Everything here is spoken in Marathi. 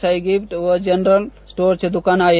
साई गिफट व जनरल स्टोअर्सचे दुकान आहे